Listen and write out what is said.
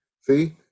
See